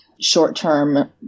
short-term